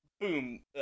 boom